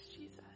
Jesus